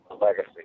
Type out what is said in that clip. legacy